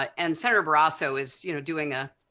and senator barrasso is you know doing ah